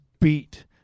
beat